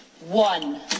one